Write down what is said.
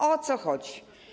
O co chodzi?